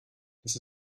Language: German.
das